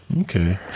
okay